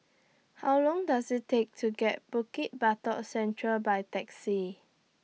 How Long Does IT Take to get Bukit Batok Central By Taxi